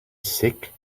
sick